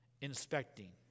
inspecting